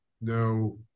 no